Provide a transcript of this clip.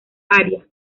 área